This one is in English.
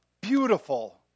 beautiful